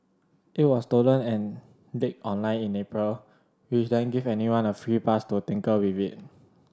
it was stolen and leaked online in April which then gave anyone a free pass to tinker with it